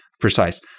precise